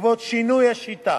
בעקבות שינוי השיטה